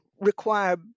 require